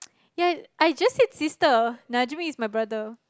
ya I just said sister najib is my brother